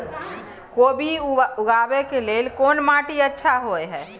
कोबी उगाबै के लेल कोन माटी अच्छा होय है?